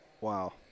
Wow